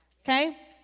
Okay